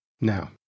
Now